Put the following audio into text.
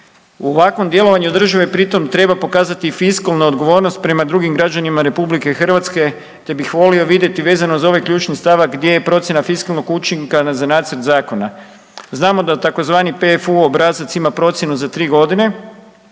U ovakvom djelovanju države pri tom treba pokazati fiskalnu odgovornost prema drugim građanima RH te bih volio vidjeti vezano za ovaj ključni stavak gdje je procjena fiskalnog učinka na za nacrt zakona. Znamo da tzv. PFU obrazac ima procjenu za 3 godine,